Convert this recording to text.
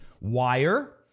Wire